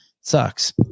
Sucks